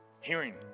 hearing